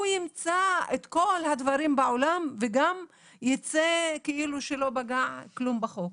הוא ימצא את כל הדברים בעולם וגם יצא כאילו שלא פגע כלום בחוק.